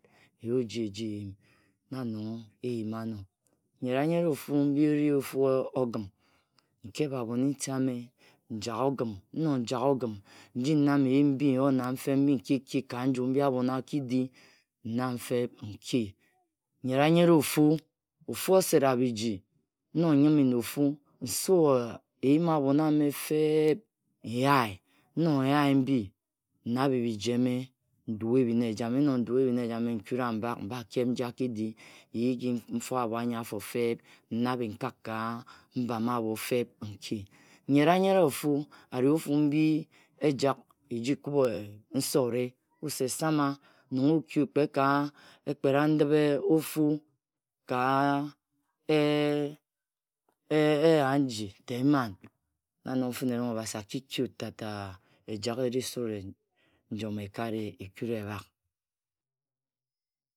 Na nong eyima ano, Nyera-nyere ofu mbi ori ofu ogim, nkep abhon nti ame njak ogun, nnok nyak ogim iji nam eyim feb mbi nkiku ka nju mbi abhon akidi, nnam feb nki. Nyera-nyere ofu, ofu osera-biji, nnog-nyume na ofu, nsu eyim abhon ame fe-eb, nyae, nnog nyae mbi, nnabhe biji eme, ndua ebhin ejam. Nnok ndua ebhin ejame nkura mbak, mbakep nji aki-di, nyigi mfo obho anyi-afo fe-eb nnabhe nkak ka mbam abho feb nki. Nyera-nyere ofu, ari ofu mbi ejak eji kub Nse owure. wut se sama, nong oki wut kpet ka ekpera-ndip ofu ka, e eya aji ta eman. Na nong fine-rong obhasi akiki wut ta-ta ejak eji Sure njom ekari-ye, ekura ebhak